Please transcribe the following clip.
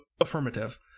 affirmative